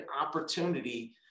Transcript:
opportunity